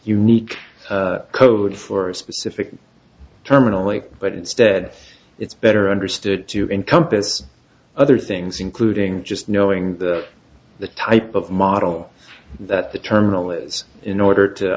unique code for a specific terminally but instead it's better understood to encompass other things including just knowing the type of model that the terminal is in order to